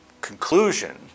conclusion